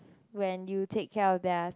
when you take care of their